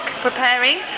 preparing